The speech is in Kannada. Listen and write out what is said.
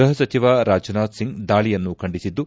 ಗೃಹ ಸಚವ ರಾಜ್ನಾಥ್ ಸಿಂಗ್ ದಾಳಿಯನ್ನು ಖಂಡಿಸಿದ್ದು